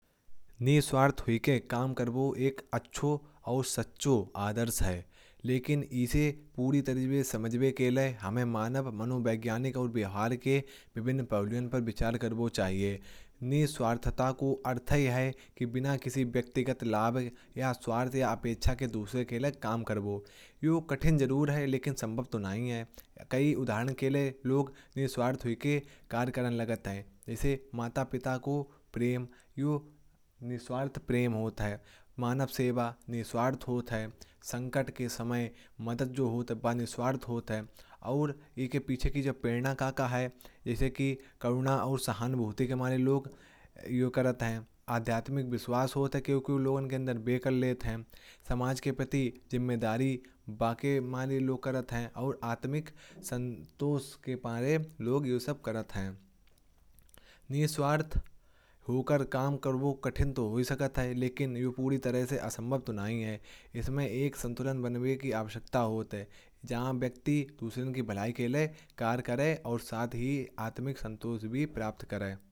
निस्वार्थ हुई के काम कर दो एक अच्छे और सच्चे आदर्श है। लेकिन इसे पूरी तरह से समझने के लिये हमें मानव मनोविज्ञानिक। और बिहर के विभिन्न पहलुओं पर विचार कर वह चाहिये। निस्वार्थ ताको अर्थ ही है। की बिना किसी व्यक्तिगत लाभ या स्वार्थी आप इच्छा के दुसरे अकेला काम कर वह कठिन जरुर है। लेकिन सम्भव सुनाएंगे कई उदाहरण के लोग निस्वार्थ विकी कार्यक्रम लगाता है। ऐसे माता पिता को प्रेम निस्वार्थ प्रेम होता है। मानव सेवा निस्वार्थ होता है संकट के समय मदद जो होत बा निस्वार्थ होता है। और यह के पीछे की जब प्रेरणा कहता है इसे की करुणा और सहानुभूति के मारे लोग योग करते हैं। आध्यात्मिक विश्वास होता क्योंकि उनके अंदर बे कर लेते हैं। समाज के प्रति जिम्मेदारी बांके मायालो करत है। और आत्मिक संतोष के बारे लोग जो सब करते हैं। निस्वार्थ होकर काम कर व काटा धोबी सकता है लेकिन यह पूरी तरह से असंभव तो नहीं है। इसमें एक संतुलन बनाने की आवश्यकता हो तो जहां व्यक्ति दुसरों की भलाई के लिए कार्य करें। और साथ ही आत्मिक संतोष भी प्राप्त करें।